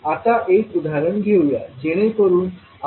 आता एक उदाहरण घेऊया जेणेकरुन आपल्याला संकल्पना समजू शकेल